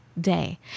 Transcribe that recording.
day